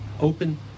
open